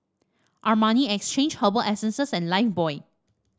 Armani Exchange Herbal Essences and Lifebuoy